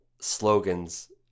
slogans